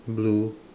blue